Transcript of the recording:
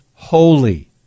Holy